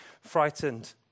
frightened